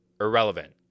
Irrelevant